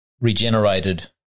regenerated